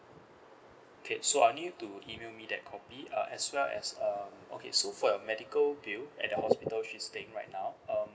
okay so I'll need you to email me that copy uh as well as um okay so for your medical bill at the hospital she's staying right now um